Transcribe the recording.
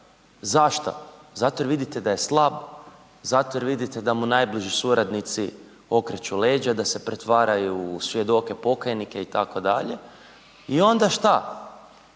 Zašto? Zato jer vidite da je slab, zato jer vidite da mu najbliži suradnici okreću leđa, da se pretvaraju u svjedoke pokajnike itd. I onda šta?